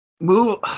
Move